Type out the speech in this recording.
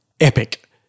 epic